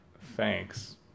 Thanks